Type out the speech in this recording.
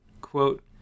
quote